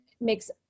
makes